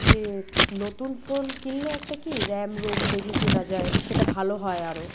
যে নতুন ফোন কিনলে একটা কী র্যাম রম দেখে কেনা যায় সেটা ভালো হয় আরও